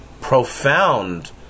Profound